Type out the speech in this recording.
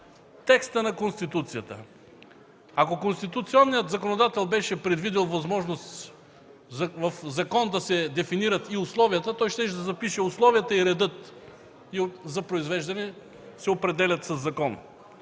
текстът на Конституцията. Ако конституционният законодател беше предвидил възможност в закон да се дефинират и условията, той щеше да запише: ”Условията и редът за произвеждане се определят със закон.”,